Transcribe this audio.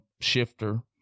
Shifter